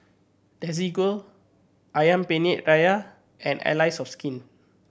Desigual Ayam Penyet Ria and Allies of Skin